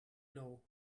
know